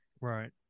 right